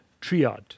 triad